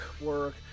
work